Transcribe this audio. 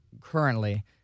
currently